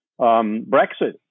Brexit